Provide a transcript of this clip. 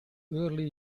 early